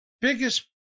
biggest